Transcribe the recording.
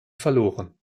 verloren